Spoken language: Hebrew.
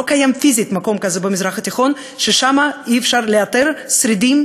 לא קיים פיזית מקום כזה במזרח התיכון שבו אי-אפשר לאתר שרידים